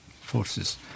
forces